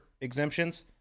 exemptions